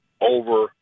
over